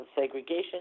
segregation